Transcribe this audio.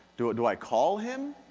do do i call him?